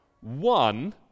One